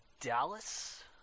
Dallas